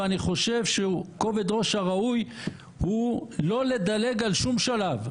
ואני חושב שכובד הראש הראוי הוא לא לדלג על שום שלב.